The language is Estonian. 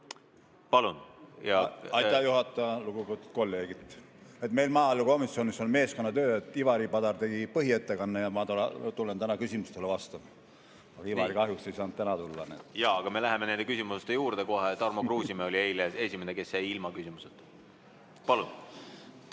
tulla. Aitäh, juhataja! Lugupeetud kolleegid! Meil maaelukomisjonis on meeskonnatöö: Ivari Padar tegi põhiettekande ja ma tulen täna küsimustele vastama. Ivari kahjuks ei saanud täna tulla. Jaa, aga me läheme kohe nende küsimuste juurde. Tarmo Kruusimäe oli eile esimene, kes jäi ilma küsimise võimalusest.